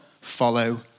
follow